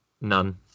none